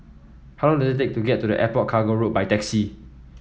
how long does it take to get to the Airport Cargo Road by taxi